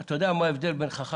תשאל את היועץ המשפטי לממשלה.